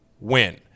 win